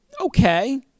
okay